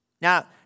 Now